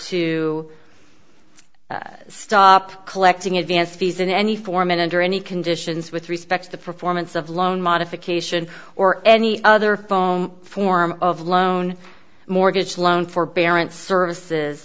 to stop collecting advance fees in any form and under any conditions with respect to the performance of loan modification or any other phone form of loan mortgage loan forbearance services